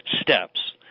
steps